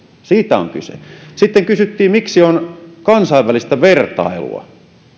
siitä on kyse sitten kysyttiin miksi on kansainvälistä vertailua